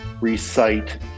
recite